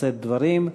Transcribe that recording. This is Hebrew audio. לשאת דברים.